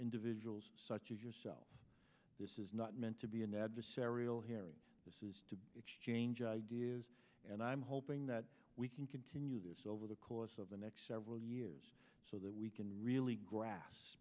individuals such as yourself this is not meant to be an adversarial hearing this is to exchange ideas and i'm hoping that we can continue this over the course of the next several years so that we can really gras